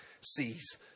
sees